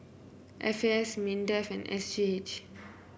F A S Mindefand S J H